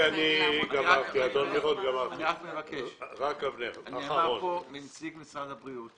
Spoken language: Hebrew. נאמר פה על ידי נציג משרד הבריאות